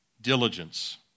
diligence